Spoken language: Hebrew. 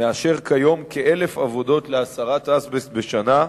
מאשר כיום כ-1,000 עבודות להסרת אזבסט בשנה,